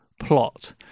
plot